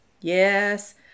Yes